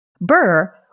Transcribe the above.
Burr